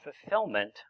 fulfillment